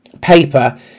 paper